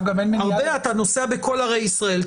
אתה נוסע בכל ערי ישראל,